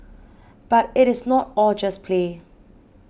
but it is not all just play